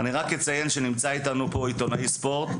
אציין שנמצא איתנו פה אוריאל דסקל, עיתונאי ספורט,